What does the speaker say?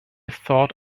thought